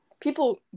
people